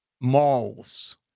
malls